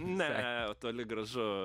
ne toli gražu